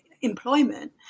employment